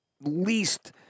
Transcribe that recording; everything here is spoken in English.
least